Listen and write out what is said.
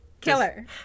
killer